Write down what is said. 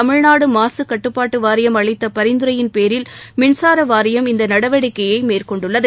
தமிழ்நாடு மாசு கட்டுபாட்டு வாரியம் அளித்த பரிந்துரையின் பேரில் மின்சார வாரியம் இந்த நடவடிக்கையை மேற்கொண்டுள்ளது